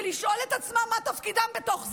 ולשאול את עצמם מה תפקידם בתוך זה.